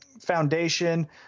Foundation